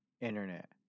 internet